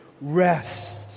rest